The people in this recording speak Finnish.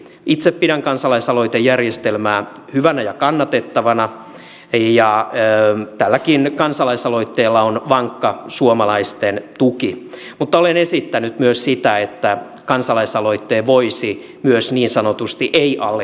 itse pidän kansalaisaloitejärjestelmää hyvänä ja kannatettavana ja tälläkin kansalaisaloitteella on vankka suomalaisten tuki mutta olen esittänyt myös sitä että kansalaisaloitteen voisi niin sanotusti ei allekirjoittaa